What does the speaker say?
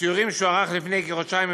בסיורים שהוא ערך לפני כחודשיים,